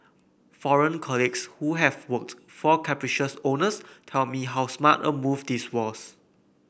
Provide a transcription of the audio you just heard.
foreign colleagues who have worked for capricious owners tell me how smart a move this was